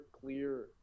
clear